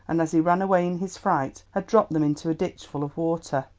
and as he ran away in his fright, had dropped them into a ditch full of water.